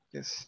Yes